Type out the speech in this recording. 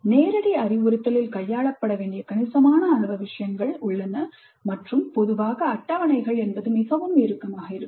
நேரடி அறிவுறுத்தலில் கையாளப்பட வேண்டிய கணிசமான அளவு விஷயங்கள் உள்ளன மற்றும் பொதுவாக அட்டவணைகள் மிகவும் இறுக்கமாக இருக்கும்